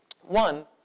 One